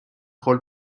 rôle